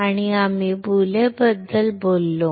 आणि आम्ही बुलबद्दल बोललो